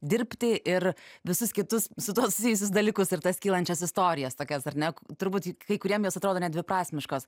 dirbti ir visus kitus su tuo susijusius dalykus ir tas kylančias istorijas tokias ar ne turbūt kai kuriem jos atrodo nedviprasmiškos